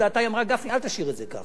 היא אמרה: גפני, אל תשאיר את זה ככה.